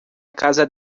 casa